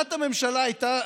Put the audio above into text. ותשובת הממשלה הייתה,